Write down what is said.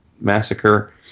Massacre